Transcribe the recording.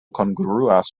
kongruas